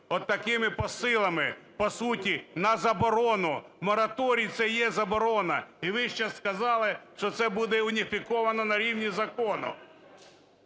отакими посилами, по суті, на заборону? Мораторій – це і є заборона. І ви ще сказали, що це буде уніфіковано на рівні закону.